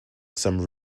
some